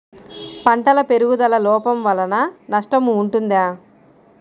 పంటల పెరుగుదల లోపం వలన నష్టము ఉంటుందా?